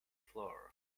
floor